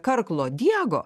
karklo diego